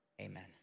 amen